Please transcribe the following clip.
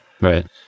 right